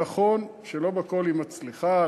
נכון שלא בכול היא מצליחה,